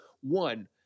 one